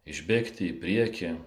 išbėgti į priekį